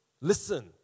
listen